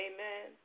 Amen